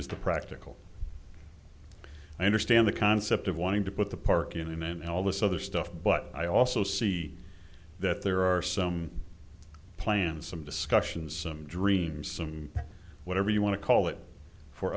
is the practical i understand the concept of wanting to put the park in and all this other stuff but i also see that there are some plans some discussions some dream some whatever you want to call it for